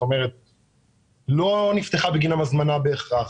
שלא נפתחה בגינם הזמנה בהכרח.